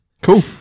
cool